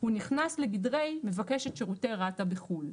הוא נכנס לגדרי מבקש את שירותי רת"א בחו"ל.